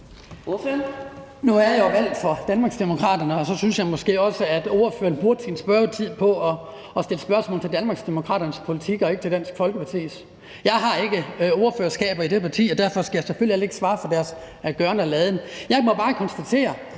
Nu er jeg jo valgt for Danmarksdemokraterne, og så synes jeg måske også, at ordføreren burde blive klogere på at stille spørgsmål til Danmarksdemokraternes politik og ikke til Dansk Folkepartis. Jeg har ikke ordførerskaber i det parti, og derfor skal jeg selvfølgelig heller ikke svare for deres gøren og laden. Jeg må bare konstatere,